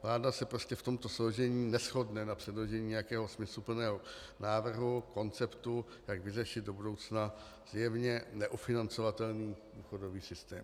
Vláda se prostě v tomto složení neshodne na předložení nějakého smysluplného návrhu, konceptu, jak vyřešit do budoucna zjevně neufinancovatelný důchodový systém.